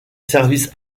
services